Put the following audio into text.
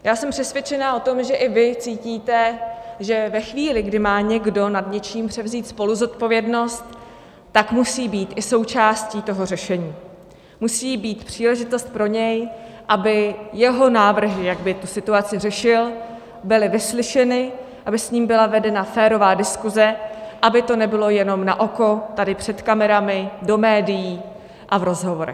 Já jsem přesvědčená o tom, že i vy cítíte, že ve chvíli, kdy má někdo nad něčím převzít spoluzodpovědnost, tak musí být i součástí toho řešení, musí být příležitost pro něj, aby jeho návrhy, jak by tu situaci řešil, byly vyslyšeny, aby s ním byla vedena férová diskuse, aby to nebylo jenom na oko tady před kamerami, do médií a v rozhovorech.